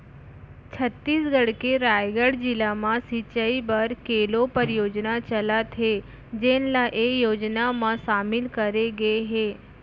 छत्तीसगढ़ के रायगढ़ जिला म सिंचई बर केलो परियोजना चलत हे जेन ल ए योजना म सामिल करे गे हे